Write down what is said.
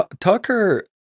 Tucker